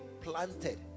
planted